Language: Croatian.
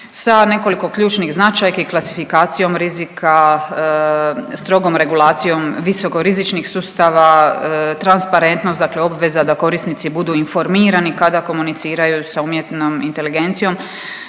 sa nekoliko ključnih značajki, klasifikacijom rizika, strogom regulacijom visokorizičnih sustava, transparentnost dakle obveza da korisnici budu informirani kada komuniciraju sa umjetnom inteligencijom,